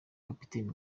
kapiteni